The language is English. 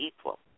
equal